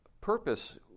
purpose